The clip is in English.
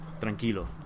tranquilo